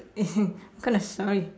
what kind of story